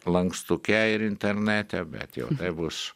lankstuke ir internete bet jau bus